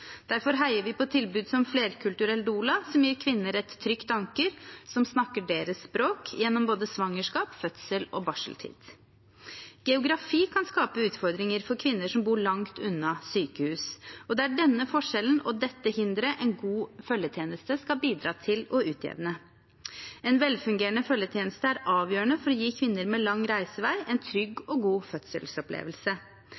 Derfor heier vi på tilbud som flerkulturell doula, som gir kvinner et trygt anker, som snakker deres språk, gjennom både svangerskap, fødsel og barseltid. Geografi kan skape utfordringer for kvinner som bor langt unna sykehus, og det er denne forskjellen og dette hinderet en god følgetjeneste skal bidra til å utjevne. En velfungerende følgetjeneste er avgjørende for å gi kvinner med lang reisevei en